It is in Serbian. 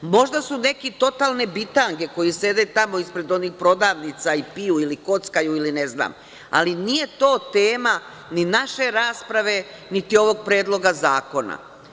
Možda su neke totalne bitange koje sede tamo ispred onih prodavnica ili piju ili kockaju ili ne znam, ali nije to tema ni naše rasprave, niti ovog Predloga zakona.